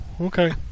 Okay